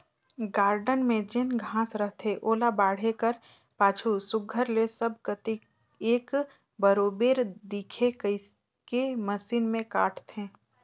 garden में जेन घांस रहथे ओला बाढ़े कर पाछू सुग्घर ले सब कती एक बरोबेर दिखे कहिके मसीन में काटथें